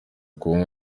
kuba